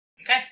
Okay